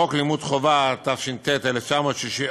בחוק לימוד חובה, התש"ט 1949,